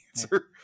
answer